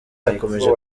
yakomeje